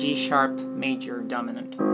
G-sharp-major-dominant